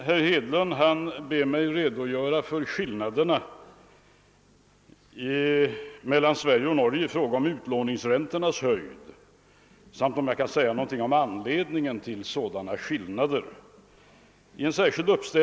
Herr Hedlund har bett mig redogöra för eventuella skillnader mellan Sverige och Norge i fråga om utlåningsräntornas höjd samt anledningen till sådana skillnader.